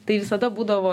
tai visada būdavo